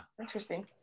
Interesting